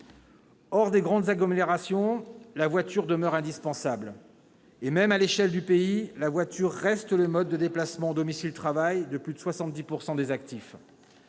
Hors des grandes agglomérations, la voiture demeure indispensable. À l'échelle du pays, la voiture reste même le mode de déplacement domicile-travail de plus de 70 % des actifs.